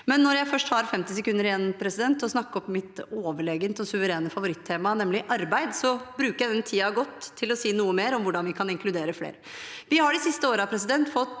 men når jeg først har 50 sekunder igjen til å snakke om mitt overlegent suverene favorittema, nemlig arbeid, vil jeg bruke den tiden godt til å si noe mer om hvordan vi kan inkludere flere. Vi har de siste årene fått